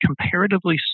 comparatively